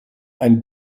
ein